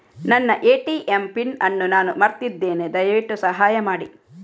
ನನ್ನ ATM pin ಅನ್ನು ನಾನು ಮರ್ತಿದ್ಧೇನೆ, ದಯವಿಟ್ಟು ಸಹಾಯ ಮಾಡಿ